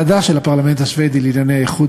בוועדה של הפרלמנט השבדי לענייני האיחוד